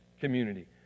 community